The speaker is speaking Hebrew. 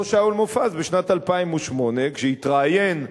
אותו שאול מופז, בשנת 2008, כשהתראיין,